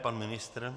Pan ministr?